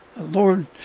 Lord